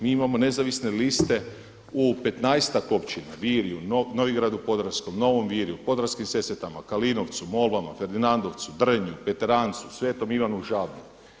Mi imamo nezavisne liste u 15-ak općina, Virju, Novigradu Podravskom, Novom Virju, Podravskim Sesvetama, Kalinovcu, Molvama, Ferdinandovcu, Drnju, Petrijancu, Svetom Ivanu Žabnom.